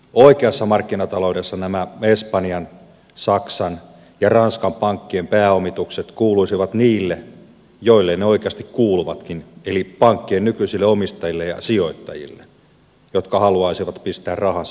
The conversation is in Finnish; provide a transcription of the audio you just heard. oikeassa markkinataloudessa nämä espanjan saksan ja ranskan pankkien pääomitukset kuuluisivat niille joille ne oikeasti kuuluvatkin eli pankkien nykyisille omistajille ja sijoittajille jotka haluaisivat pistää rahansa likoon